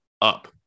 up